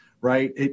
Right